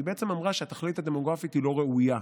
והיא בעצם אמרה שהתכלית הדמוגרפית היא לא ראויה.